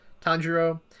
Tanjiro